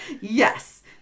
Yes